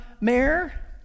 mayor